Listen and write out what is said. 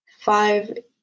five